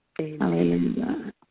Amen